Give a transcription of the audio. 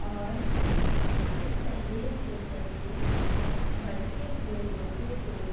اور اس تحریر کے ذریعے بھٹکے ہوئے لوگوں کو